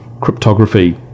cryptography